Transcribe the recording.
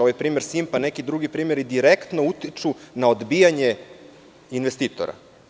Ovaj primer „Simpa“ i neki drugi primeri direktno utiču na odbijanje investitora.